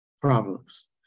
problems